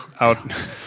out